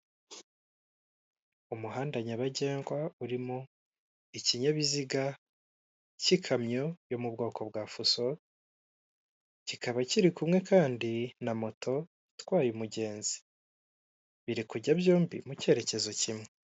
Vayibu riyo esiteti, aba ngaba bagufasha kuba wabona ibibanza byiza biri ahantu heza ukaba, wabona inzu zo kuba wagura mu gihe uzikeneye, kandi zifite ibyangombwa bitaguhenze kandi bya nyabyo byizewe.